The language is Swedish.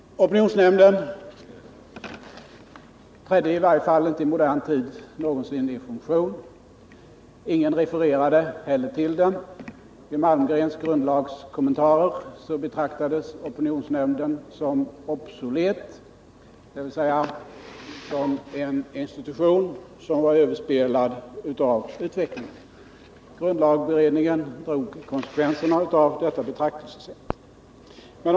Opinionsnämnden trädde inte någonsin, i varje fall inte i modern tid, i funktion. Inte heller refererade någon till den. I Malmgrens grundlagskommentarer betraktades opinionsnämnden som obsolet, dvs. som en institution som var överspelad av utvecklingen. Grundlagberedningen drog konsekvenserna av detta betraktelsesätt.